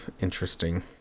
interesting